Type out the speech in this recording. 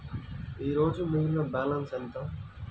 ఈరోజు మిగిలిన బ్యాలెన్స్ ఎంత?